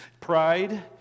pride